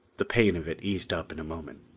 the pain of it eased up in a moment.